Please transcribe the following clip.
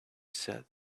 said